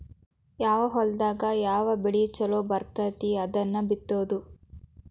ಯಾವ ಹೊಲದಾಗ ಯಾವ ಬೆಳಿ ಚುಲೊ ಬರ್ತತಿ ಅದನ್ನ ಬಿತ್ತುದು